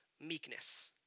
meekness